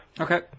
Okay